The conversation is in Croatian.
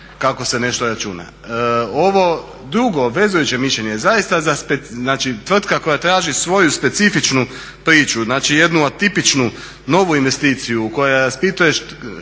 kako se nešto računa. Ovo drugo obvezujuće mišljenje je zaista znači tvrtka koja traži svoju specifičnu priču jednu atipičnu novu investiciju koja raspituje